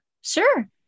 Sure